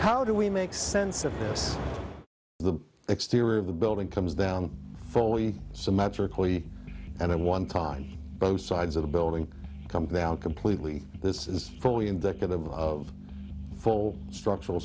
how do we make sense of this the exterior of the building comes down fully symmetrically and i one time both sides of the building come down completely this is fully indicative of full structural